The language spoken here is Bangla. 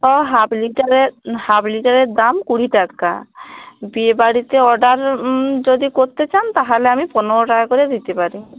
ও হাফ লিটারের হাফ লিটারের দাম কুড়ি টাকা বিয়ে বাড়িতে অর্ডার যদি করতে চান তাহলে আমি পনেরো টাকা করে দিতে পারি